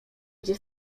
gdzie